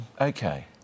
Okay